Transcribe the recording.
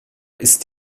ist